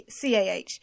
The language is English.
CAH